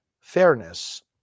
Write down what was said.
fairness